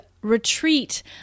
retreat